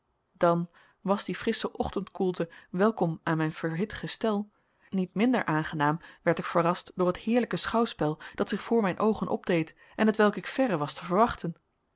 dan was die frissche ochtendkoelte welkom aan mijn verhit gestel niet minder aangenaam werd ik verrast door het heerlijke schouwspel dat zich voor mijn oogen opdeed en hetwelk ik verre was te verwachten